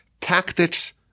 tactics